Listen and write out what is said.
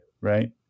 right